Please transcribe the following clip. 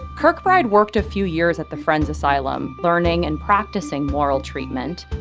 kirkbride worked a few years at the friends asylum, learning and practicing moral treatment.